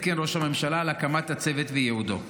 עדכן ראש הממשלה על הקמת הצוות וייעודו.